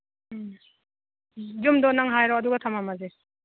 ꯎꯝ ꯌꯨꯝꯗꯣ ꯅꯪ ꯍꯥꯏꯔꯛꯑꯣ ꯑꯗꯨꯒ ꯊꯃꯝꯃꯁꯤ